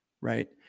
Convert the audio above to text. right